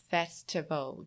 Festival